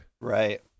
Right